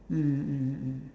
mm mm mm